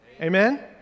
Amen